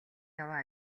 яваа